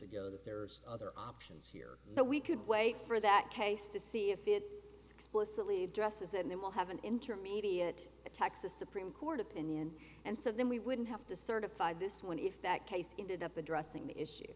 ago that there are other options here so we could wait for that case to see if it explicitly addresses and then we'll have an intermediate texas supreme court opinion and so then we wouldn't have to certify this one if that case ended up addressing the issue